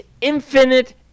infinite